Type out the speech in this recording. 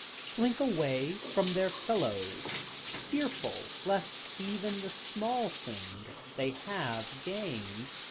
slink away from their fellows, fearful lest even the small thing they have gained,